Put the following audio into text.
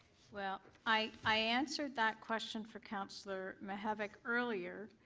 yeah i i answered that question for counselor mihevc earlier.